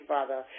Father